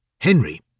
Henry